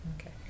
okay